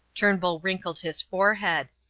turnbull wrinkled his forehead.